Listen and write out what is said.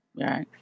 Right